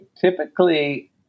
typically